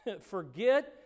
Forget